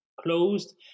closed